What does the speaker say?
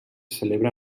celebra